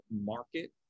market